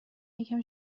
یکم